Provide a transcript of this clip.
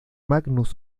magnus